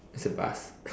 it's a bus